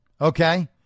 Okay